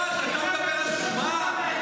אתה מדבר על תרומה?